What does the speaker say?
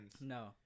no